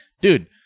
dude